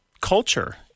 culture